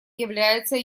является